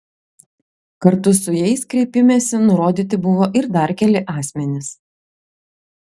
kartu su jais kreipimesi nurodyti buvo ir dar keli asmenys